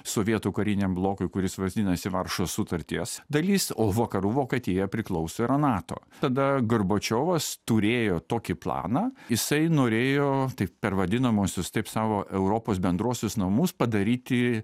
sovietų kariniam blokui kuris vadinasi varšuvos sutarties dalis o vakarų vokietija priklauso yra nato tada gorbačiovas turėjo tokį planą jisai norėjo taip per vadinamuosius taip savo europos bendruosius namus padaryti